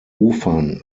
ufern